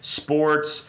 sports